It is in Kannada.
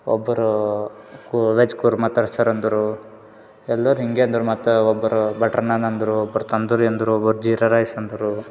ಒಬ್ಬರು ಕು ವೆಜ್ ಕೂರ್ಮ ತರ್ಸರಂದರು ಎಲ್ಲರು ಹಿಂಗೆ ಅಂದರು ಮತ್ತು ಒಬ್ಬರು ಬಟ್ರ್ ನಾನ್ ಅಂದರು ಒಬ್ಬರು ತಂದೂರಿ ಅಂದರು ಒಬ್ಬರು ಜೀರ ರೈಸ್ ಅಂದರು